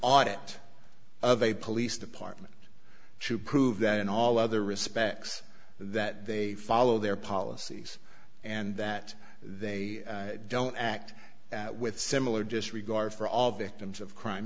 audit of a police department to prove that in all other respects that they follow their policies and that they don't act with similar disregard for all victims of crime